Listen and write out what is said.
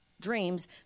dreams